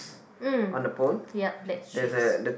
uh yup black ships